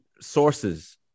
Sources